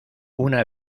una